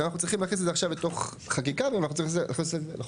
עכשיו אנחנו צריכים להכניס את זה עכשיו לתוך חקיקה ולחוק הזה.